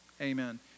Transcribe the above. amen